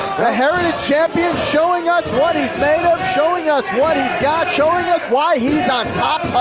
the heritage champion showing us what he's made of, showing us what he's got, showing us why he's on top